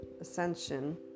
ascension